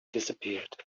disappeared